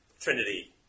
trinity